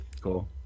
cool